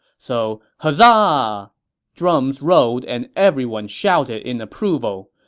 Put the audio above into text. so, huzzah! ah drums rolled and everyone shouted in approval.